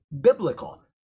biblical